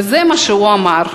זה מה שהוא אמר.